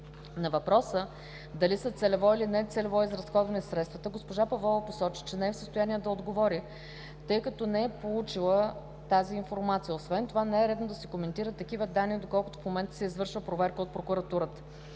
На въпроса дали са целево, или нецелево изразходвани средствата госпожа Павлова посочи, че не е в състояние да отговори, тъй като не е получила тази информация. Освен това не е редно да се коментират такива данни, доколкото в момента се извършва проверки от прокуратурата.